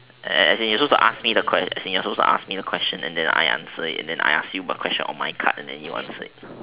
as in you are supposed to ask me the qu~ as in you are supposed to ask me the question and then I answer it and then I ask you a question on my card and then you answer it